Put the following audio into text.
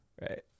right